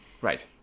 Right